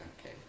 okay